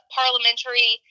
parliamentary